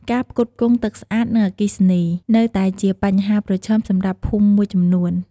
ការផ្គត់ផ្គង់ ទឹកស្អាត និងអគ្គិសនី នៅតែជាបញ្ហាប្រឈមសម្រាប់ភូមិមួយចំនួន។